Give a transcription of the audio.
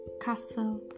castle